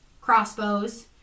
crossbows